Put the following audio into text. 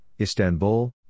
Istanbul